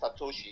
satoshi